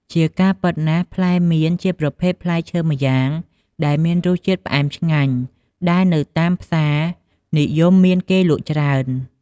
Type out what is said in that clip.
ជាការពិតណាស់ ផ្លែមៀនជាប្រភេទផ្លែឈើម្យ៉ាងដែរមានរសជាតិផ្អែមឆ្ងាញ់ ដែលនៅតាមផ្សារនិយមមានគេលក់ច្រើន។